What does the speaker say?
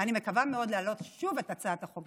אני מקווה מאוד להעלות שוב את הצעת החוק,